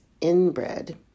inbred